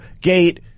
gate